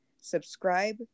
subscribe